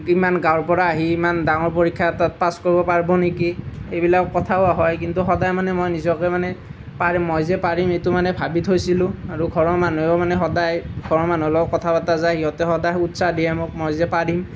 ইমান গাঁৱৰ পৰা আহি ইমান ডাঙৰ পৰীক্ষা এটাত পাছ কৰিব পাৰিব নেকি এইবিলাক কথাও হয় কিন্তু সদায় মানে মই নিজকে মানে পাৰি মই যে পাৰিম এইটো মানে ভাবি থৈছিলোঁ আৰু ঘৰৰ মানুহেও মানে সদায় ঘৰৰ মানুহৰ লগত কথা পতা যায় সিহঁতে সদায় উৎসাহ দিয়ে মোক মই যে পাৰিম